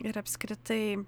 ir apskritai